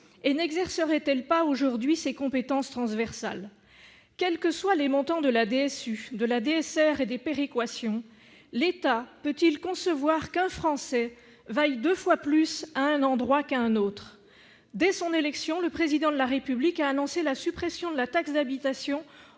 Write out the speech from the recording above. Et n'exercerait-elle pas aujourd'hui ces compétences transversales ? Quels que soient les montants de la DSU, de la DSR et des péréquations, l'État peut-il concevoir qu'un Français vaille deux fois plus à un endroit qu'à un autre ? Dès son élection, le Président de la République a annoncé la suppression de la taxe d'habitation